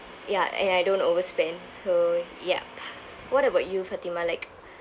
ya and I don't overspend so yup what about you fatimah like